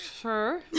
Sure